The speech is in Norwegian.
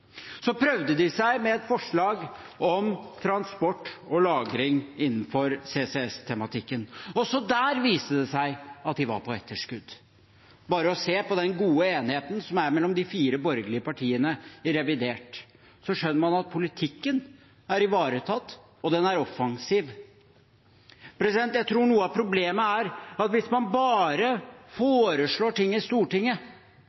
prøvde seg med et forslag om transport og lagring innenfor CCS-tematikken. Også der viste det seg at de var på etterskudd. Ved bare å se på den gode enigheten som er mellom de fire borgerlige partiene i revidert nasjonalbudsjett, skjønner man at politikken er ivaretatt og offensiv. Jeg tror noe av problemet er at hvis man bare